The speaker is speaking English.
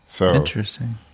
Interesting